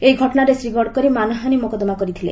ଏହି ଘଟଣାରେ ଶ୍ରୀ ଗଡ଼କରୀ ମାନହାନୀ ମୋକଦ୍ଦମା କରିଥିଲେ